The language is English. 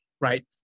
Right